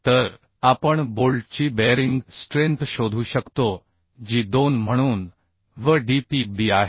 तर आपण बोल्टची बेअरिंग स्ट्रेंथ शोधू शकतो जी 2 म्हणून V d P b आहे